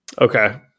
Okay